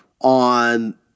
on